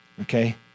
okay